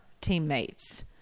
teammates